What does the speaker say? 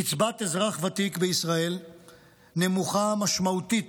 קצבת אזרח ותיק בישראל נמוכה משמעותית